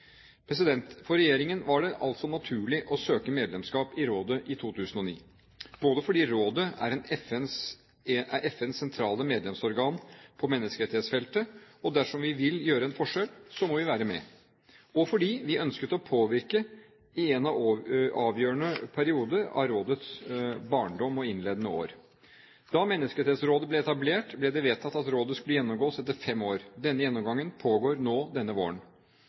For regjeringen var det naturlig å søke medlemskap i rådet i 2009, både fordi rådet er FNs sentrale medlemskapsorgan på menneskerettighetsfeltet, og dersom vi vil gjøre en forskjell, så må vi være med, og fordi vi ønsket å påvirke i en avgjørende periode av rådets «barndom» og innledende år. Da Menneskerettighetsrådet ble etablert, ble det vedtatt at rådet skulle gjennomgås etter fem år. Denne gjennomgangen pågår nå denne våren.